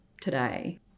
today